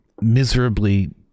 miserably